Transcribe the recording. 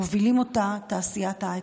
מובילים אותה תעשיית ההייטק.